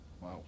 Wow